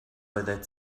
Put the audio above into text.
oeddet